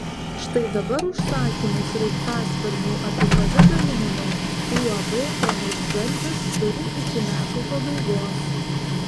štai dabar užsakymų sraigtasparnių apipavidalinimui uab pramuštgalvis turi iki metų pabaigos